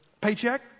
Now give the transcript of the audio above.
paycheck